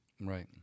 right